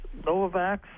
Novavax